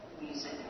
music